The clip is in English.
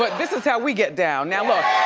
but this is how we get down. now look.